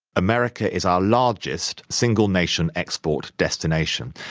america is our largest single nation export destination.